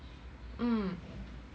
mm